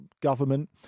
government